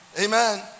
Amen